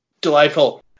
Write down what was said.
Delightful